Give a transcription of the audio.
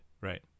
Right